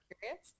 curious